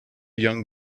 young